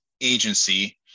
agency